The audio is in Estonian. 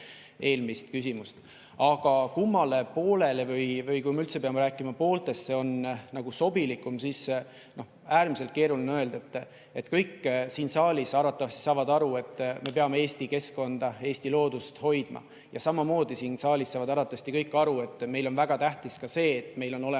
Aga kummale poolele – kui me üldse peame rääkima pooltest – see on nagu sobilikum, on äärmiselt keeruline öelda. Kõik siin saalis arvatavasti saavad aru, et me peame Eesti keskkonda, Eesti loodust hoidma, ja samamoodi siin saalis saavad arvatavasti kõik aru, et meile on väga tähtis ka see, et meil on olemas